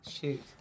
Shoot